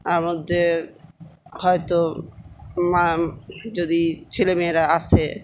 তার মধ্যে হয়তো মা যদি ছেলেমেয়েরা আসে